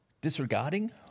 Disregarding